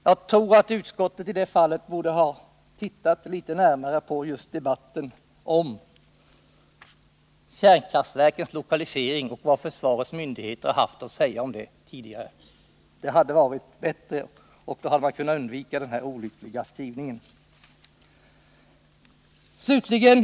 Jag tror att utskottet i det fallet borde ha tittat litet närmare på debatten om kärnkraftverkens lokalisering och vad försvarets myndigheter haft att säga om den tidigare. Det hade varit bra, då hade den här olyckliga skrivningen kunnat undvikas.